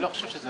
לא.